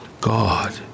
God